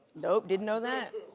nope, didn't know that.